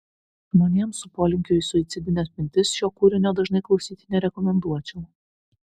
žmonėms su polinkiu į suicidines mintis šio kūrinio dažnai klausyti nerekomenduočiau